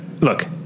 look